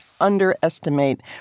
underestimate